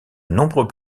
nombreux